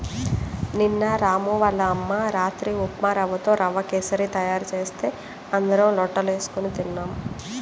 నిన్న రాము వాళ్ళ అమ్మ రాత్రి ఉప్మారవ్వతో రవ్వ కేశరి తయారు చేస్తే అందరం లొట్టలేస్కొని తిన్నాం